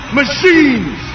machines